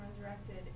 resurrected